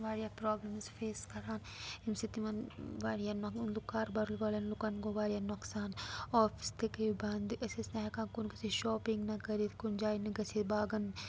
واریاہ problems face کَران ییٚمہِ سۭتۍ تِمَن واریاہ کاربار والٮ۪ن لُکَن گوٚو واریاہ نۄقصان آفِس تہِ گٔے بنٛد أسۍ ٲسۍ نہٕ ہٮ۪کان کُن گٔژھِتھ شاپِنٛگ نہ کٔرِتھ کُنہِ جایہِ نہٕ گٔژھِتھ باغَن